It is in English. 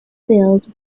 sales